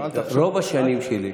רוב השנים שלי,